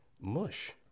Mush